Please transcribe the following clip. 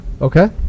Okay